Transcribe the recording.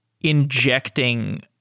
injecting